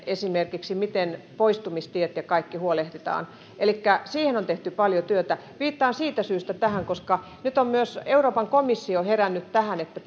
esimerkiksi miten poistumistiet ja kaikki huolehditaan elikkä siihen on tehty paljon työtä viittaan siitä syystä tähän koska nyt on myös euroopan komissio herännyt tähän että